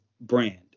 brand